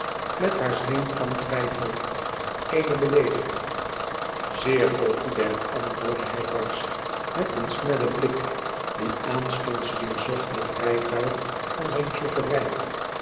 met haar zweem van twijfel eene beleediging zeer populair antwoordde hij barsch met een snellen blik die aanstonds weêr zocht het rijtuig van zijn